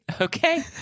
Okay